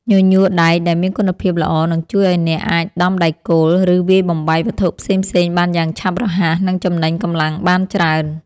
ញញួរដែកដែលមានគុណភាពល្អនឹងជួយឱ្យអ្នកអាចដំដែកគោល ឬវាយបំបែកវត្ថុផ្សេងៗបានយ៉ាងឆាប់រហ័ស និងចំណេញកម្លាំងបានច្រើន។